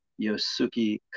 Yosuke